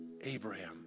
Abraham